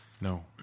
No